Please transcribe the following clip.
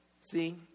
See